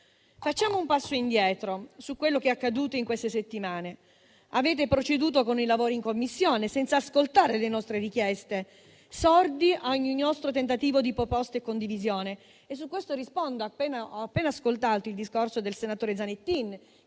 Facciamo un passo indietro su quello che è accaduto in queste settimane. Avete proceduto con i lavori in Commissione senza ascoltare le nostre richieste, sordi a ogni nostro tentativo di proposta e condivisione.